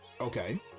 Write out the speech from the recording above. Okay